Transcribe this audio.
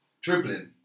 Dribbling